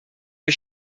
wir